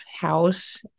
house